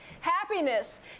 Happiness